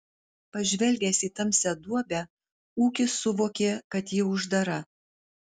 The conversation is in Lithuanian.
pažvelgęs į tamsią duobę ūkis suvokė kad ji uždara